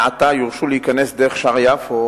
מעתה יורשו להיכנס דרך שער יפו